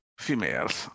females